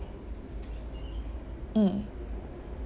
mm